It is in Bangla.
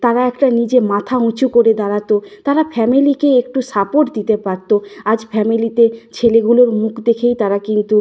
তারা একটা নিজে মাথা উঁচু করে দাঁড়াত তারা ফ্যামিলিকে একটু সাপোর্ট দিতে পারত আজ ফ্যামিলিতে ছেলেগুলোর মুখ দেখেই তারা কিন্তু